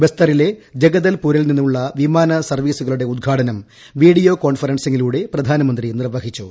ബസ്തറിലെ ജഗദൽപൂറിൽ നിന്നുമുള്ള വിമാന സർവ്വീസുകളുടെ ഉദ്ഘാടനം വിഡീയോ കോൺഫറൻസിംഗിലൂടെ പ്രധാനമന്ത്രി നിർവ്വഹിച്ചു